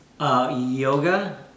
Yoga